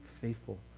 faithful